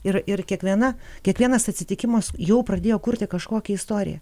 ir ir kiekviena kiekvienas atsitikimas jau pradėjo kurti kažkokią istoriją